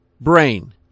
brain